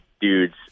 dudes